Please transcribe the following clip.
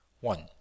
One